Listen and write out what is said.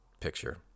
picture